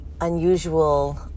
unusual